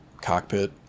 cockpit